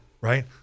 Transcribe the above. Right